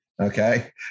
Okay